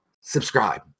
Subscribe